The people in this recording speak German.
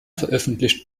veröffentlicht